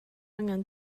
angen